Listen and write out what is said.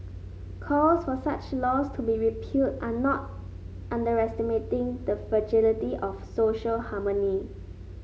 calls for such laws to be repealed are not underestimating the fragility of social harmony